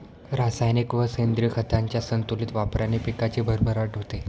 रासायनिक व सेंद्रिय खतांच्या संतुलित वापराने पिकाची भरभराट होते